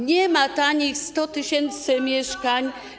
Nie ma tanich 100 tys. mieszkań.